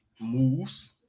moves